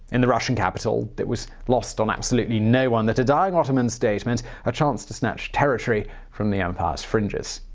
in the russian capital, it was lost on absolutely no-one that a dying ottoman state meant a chance to snatch territory from the empire's fringes.